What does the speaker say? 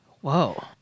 whoa